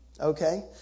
Okay